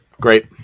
Great